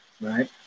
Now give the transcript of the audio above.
right